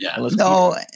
No